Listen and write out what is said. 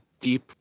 deep